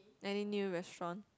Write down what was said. any new restaurant